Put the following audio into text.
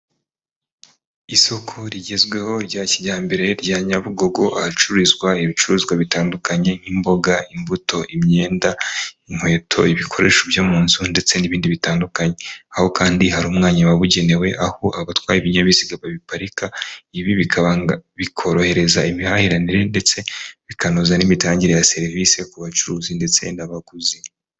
Isoko rigezweho rya kijyambere rya nyabugogo ahacururizwa ibicuruzwa bitandukanye nk'imboga, imbuto, imyenda, inkweto, ibikoresho byo mu nzu ndetse n'ibindi bitandukanye, aho kandi hari umwanya wabugenewe aho abatwara ibinyabiziga baparika, ibi bikaba bikorohereza imihahiranire ndetse bikanoza n'imitangire ya serivisi ku bacuruzi ndetse n'abaguzi.